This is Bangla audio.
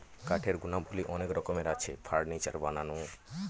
কাঠের গুণাবলী অনেক রকমের আছে, ফার্নিচার বানানো